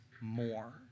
more